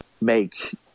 make